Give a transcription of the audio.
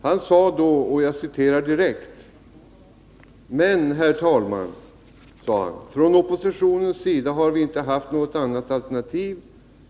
Han sade då: ”Men, herr talman, från oppositionens sida har vi icke haft något annat alternativ.